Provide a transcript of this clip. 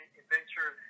adventure